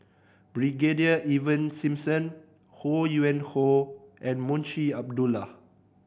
Brigadier Ivan Simson Ho Yuen Hoe and Munshi Abdullah